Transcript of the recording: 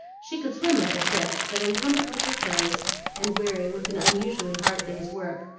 she could swim like a fish, but encumbered with her clothes and weary with an unusually hard day's work,